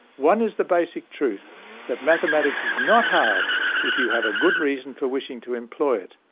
one is the basic truth that mathematics is not hard if you have a good reason for wishing to employ it.